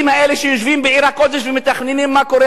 שיושבים בעיר הקודש ומתכננים מה קורה לנו.